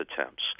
attempts